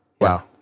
Wow